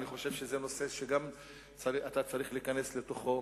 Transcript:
אני חושב שזה נושא שגם אתה צריך להיכנס לתוכו,